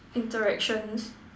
interactions